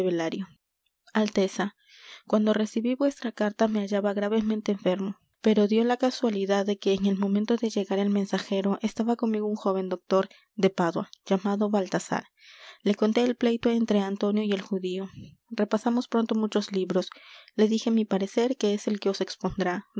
alteza cuando recibí vuestra carta me hallaba gravemente enfermo pero dió la casualidad de que en el momento de llegar el mensajero estaba conmigo un jóven doctor de pádua llamado baltasar le conté el pleito entre antonio y el judío repasamos pronto muchos libros le dije mi parecer que es el que os expondrá